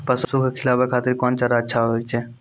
पसु के खिलाबै खातिर कोन चारा अच्छा होय छै?